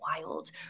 wild